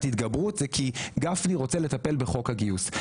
התגברות זה כי גפני רוצה לטפל בחוק הגיוס.